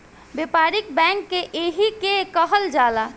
व्यापारिक बैंक एही के कहल जाला